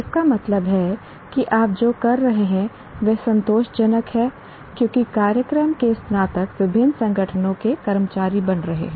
इसका मतलब है कि आप जो कर रहे हैं वह संतोषजनक है क्योंकि कार्यक्रम के स्नातक विभिन्न संगठनों के कर्मचारी बन रहे हैं